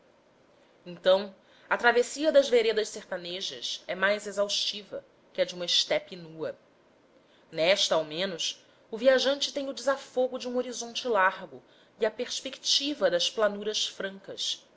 então a travessia das veredas sertanejas é mais exaustiva que a de uma estepe nua nesta ao menos o viajante tem o desafogo de um horizonte largo e a perspectiva das planuras francas